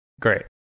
Great